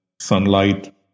sunlight